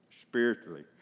Spiritually